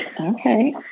Okay